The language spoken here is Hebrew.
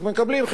רק מקבלים,